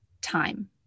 time